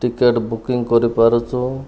ticket booking କରିପାରୁଛୁ